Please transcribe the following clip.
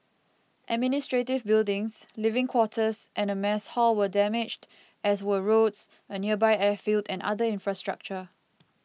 administrative buildings living quarters and mess hall were damaged as were roads a nearby airfield and other infrastructure